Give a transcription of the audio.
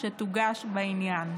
שתוגש בעניין.